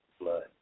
Blood